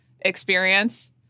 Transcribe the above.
experience